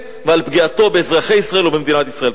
ועל פגיעתו באזרחי ישראל ובמדינת ישראל.